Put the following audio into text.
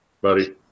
buddy